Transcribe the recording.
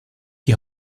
die